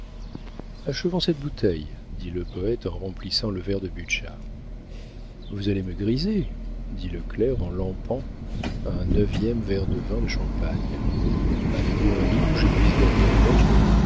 achevons cette bouteille dit le poëte en remplissant le verre de butscha vous allez me griser dit le clerc en lampant un neuvième verre de vin de champagne avez-vous un lit où je puisse dormir une heure